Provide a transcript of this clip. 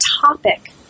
topic